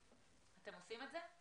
אתם עושים את זה?